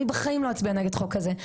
אני בחיים לא אצביע נגד החוק הזה.